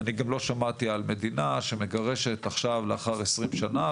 ואני גם לא שמעתי על מדינה שמגרשת עכשיו לאחר 20 שנה,